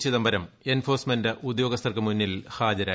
Chidambaram enforcement ഉദ്യോഗസ്ഥർക്കുമുന്നിൽ ഹാജരായി